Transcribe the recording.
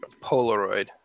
Polaroid